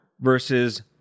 versus